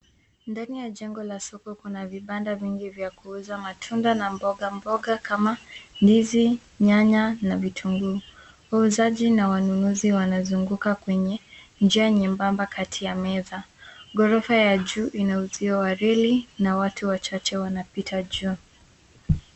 Ndani ya jengo la soko kuna vibanda vingi vya kuuza matunda na mbogamboga kama ndizi nyanya na vitunguu. Wauzaji na wanunuzi wanazunguka kwenye njia nyembamba katika ya meza. Ghorofa ya juu ina uzio wa reli na watu wachache wanapita juu.